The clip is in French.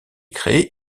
créé